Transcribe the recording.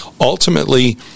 ultimately